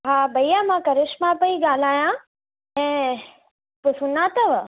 हा भैया मां करिश्मा पई ॻाल्हायां ऐं पोइ सुञातव